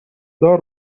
دار